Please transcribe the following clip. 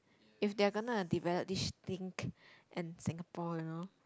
if they are gonna develop this think and Singapore you know